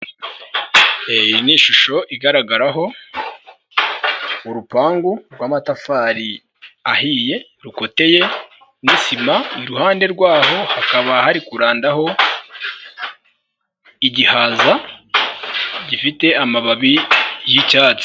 Iyi ni ishusho igaragaraho urupangu rw'amatafari ahiye, rukoteye n'isima, iruhande rwaho hakaba hari kurandarandsho igihaza gifite amababi y'icyatsi.